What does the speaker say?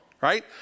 right